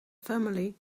family